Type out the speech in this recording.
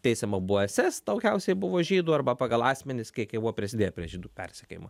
teisiama buvo s s daugiausiai buvo žydų arba pagal asmenis kiek jie buvo prisidėję prie žydų persekiojimo